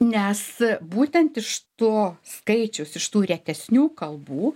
nes būtent iš to skaičiaus iš tų retesnių kalbų